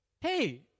Hey